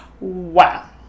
wow